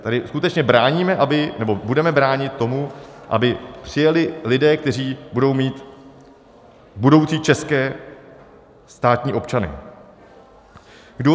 Tady skutečně bráníme, nebo budeme bránit tomu, aby přijeli lidé, kteří budou mít budoucí české státní občanství.